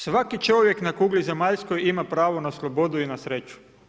Svaki čovjek na kugli zemaljskoj ima prava na slobodu i na sreću.